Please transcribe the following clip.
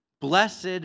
Blessed